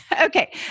Okay